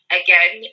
again